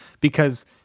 because-